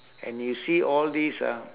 and you see all these ah